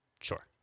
Sure